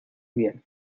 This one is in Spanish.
bien